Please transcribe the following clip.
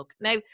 now